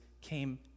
came